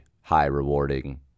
high-rewarding